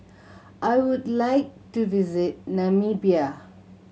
I would like to visit Namibia